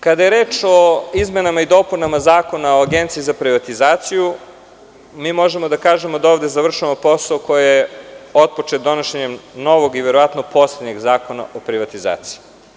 Kada je reč o izmenama i dopunama Zakona o Agenciji za privatizaciju, možemo da kažemo da ovde završavamo posao koji je otpočet donošenjem novog i verovatno poslednjeg Zakona o privatizaciji.